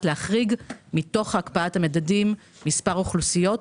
להחריג מתוך הקפאת המדדים מספר אוכלוסיות,